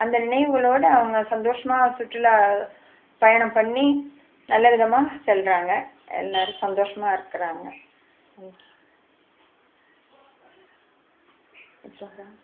அந்த நினைவுகளோடு அவங்க சந்தோஷமாக சுற்றுலா பயணம் பண்ணி நல்ல விதமாக செல்கிறாங்க எல்லோரும் சந்தோஷமாக இருக்கிறாங்க தேங்க் யூ வச்சுரவாப்பா